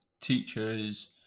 teachers